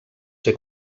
ser